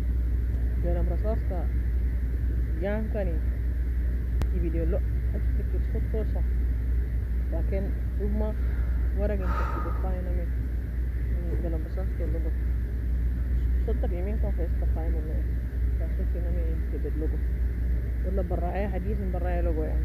قلم رصاص ka gan kani tebid welogo ashrikir sotosa Fa Ken doma ورق in kochi dou fay namie Sota fei mainkani fa eska fay monnamie.